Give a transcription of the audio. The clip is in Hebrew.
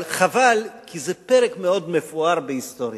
אבל חבל כי זה פרק מאוד מפואר בהיסטוריה.